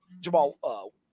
Jamal